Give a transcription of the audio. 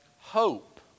hope